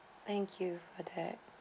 thank you for that